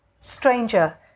Stranger